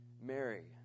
Mary